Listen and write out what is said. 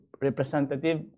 representative